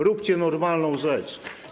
Róbcie normalną rzecz.